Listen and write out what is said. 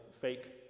fake